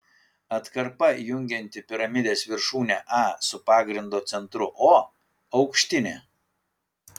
atkarpa jungianti piramidės viršūnę a su pagrindo centru o aukštinė